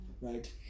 right